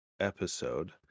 episode